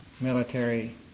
military